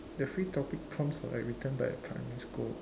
the free topic prompts are written by a primary school